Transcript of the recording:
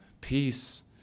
peace